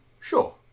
Sure